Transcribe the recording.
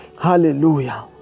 Hallelujah